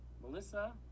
melissa